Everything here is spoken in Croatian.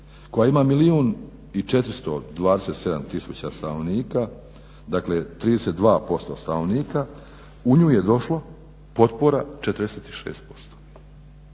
i 427000 stanovnika, dakle 32% stanovnika u nju je došlo potpora 46%,